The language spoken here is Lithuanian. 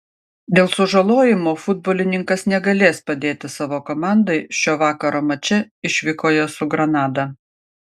dėl sužalojimo futbolininkas negalės padėti savo komandai šio vakaro mače išvykoje su granada